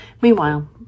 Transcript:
Meanwhile